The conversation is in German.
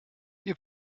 ihr